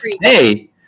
hey